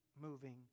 moving